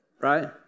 Right